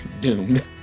doomed